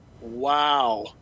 Wow